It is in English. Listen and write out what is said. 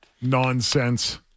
Nonsense